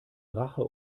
rache